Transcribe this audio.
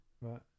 Right